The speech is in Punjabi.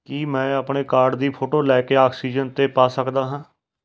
ਕੀ ਮੈਂ ਆਪਣੇ ਕਾਰਡ ਦੀ ਫੋਟੋ ਲੈ ਕੇ ਆਕਸੀਜਨ 'ਤੇ ਪਾ ਸਕਦਾ ਹਾਂ